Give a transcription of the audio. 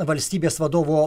valstybės vadovo